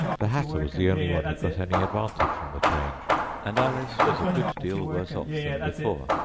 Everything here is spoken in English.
the hatter was the only one who got any advantage from the change and alice was a good deal worse off than before,